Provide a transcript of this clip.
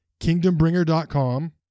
kingdombringer.com